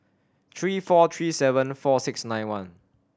three four three seven four six nine one